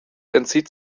entzieht